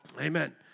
Amen